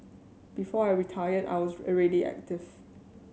before I retired I was already active